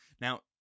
Now